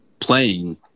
playing